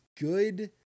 good